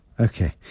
Okay